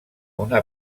una